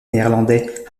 néerlandais